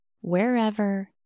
wherever